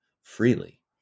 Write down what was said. freely